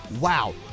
wow